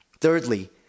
Thirdly